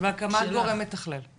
והקמת גורם מתחלל.